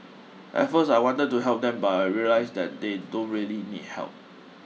at first I wanted to help them but I realised that they don't really need help